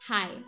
Hi